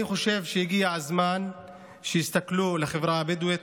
אני חושב שהגיע הזמן שיסתכלו על החברה הבדואית,